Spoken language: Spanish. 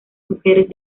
mujeres